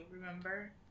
remember